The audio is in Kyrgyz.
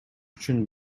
үчүн